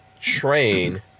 train